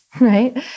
right